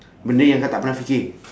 benda yang kau tak pernah fikir